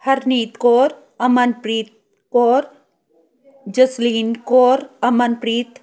Harneet Kaur Amanpreet Kaur Jasleen Kaur Amanpreet